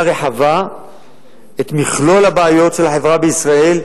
רחבה את מכלול הבעיות של החברה בישראל,